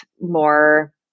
more